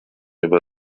über